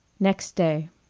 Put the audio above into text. next day